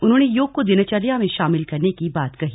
उन्होंने योग को दिनचर्या में शामिल करने की बात कही